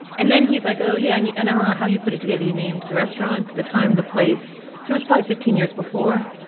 and then he's like, oh, yeah. and you and i don't know how you put it together. you named the restaurant, the time, the place. and it was probably fifteen years before.